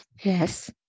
Yes